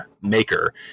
maker